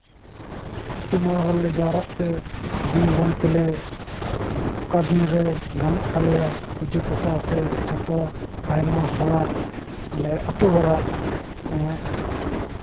ᱟᱹᱛᱩ ᱢᱚᱬᱮ ᱦᱚᱲᱞᱮ ᱡᱟᱣᱨᱟᱜ ᱛᱮ ᱫᱤᱱ ᱜᱚᱱ ᱛᱮᱞᱮ ᱚᱠᱟ ᱫᱤᱱᱨᱮ ᱜᱟᱱᱚᱜ ᱛᱟᱞᱮᱭᱟ ᱯᱩᱡᱟᱹ ᱯᱟᱥᱟ ᱥᱮ ᱡᱷᱚᱛᱚ ᱟᱭᱢᱟ ᱦᱚᱲᱟᱜ ᱟᱞᱮ ᱟᱹᱛᱩ ᱦᱚᱲᱟᱜ